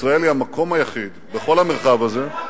ישראל היא המקום היחיד בכל המרחב הזה,